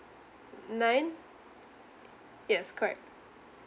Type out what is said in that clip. nine yes correct